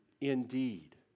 indeed